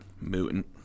Mutant